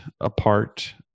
apart